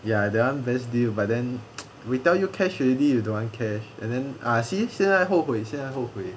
ya that one best deal but then we tell you cash already you don't want cash and then ah see 现在后悔现在后悔